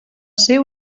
ser